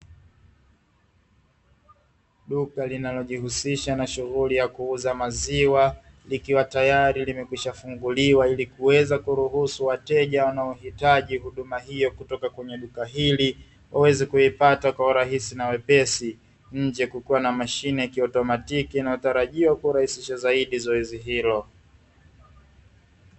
Duka linalojihusisha na shughuli ya kuuza maziwa likiwa tayari limekwisha funguliwa ili kuweza kuruhusu wateja wanaohitaji huduma hiyo kutoka kwenye duka hili waweze kuipata kwa urahisi na wepesi, nje kukiwa na mashine ya kiautomatiki inayotarajiwa kurahisisha zaidi zoezi hilo.